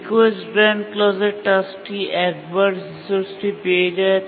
request grant ক্লজে টাস্কটি একবার রিসোর্সটি পেয়ে যায়